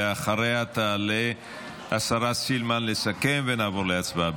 ואחריה תעלה השרה סילמן לסכם, ונעבור להצבעה.